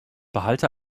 behalte